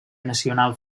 nacional